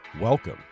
welcome